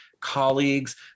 colleagues